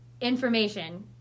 information